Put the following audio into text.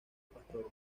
pastores